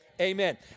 Amen